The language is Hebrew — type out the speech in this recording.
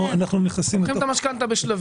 אנחנו נכנסים לתוך --- לוקחים את המשכנתא בשלבים.